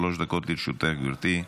שלוש דקות לרשותך, גברתי.